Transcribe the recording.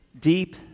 deep